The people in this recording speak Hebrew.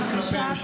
אני בטוח.